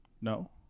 No